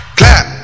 clap